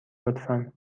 لطفا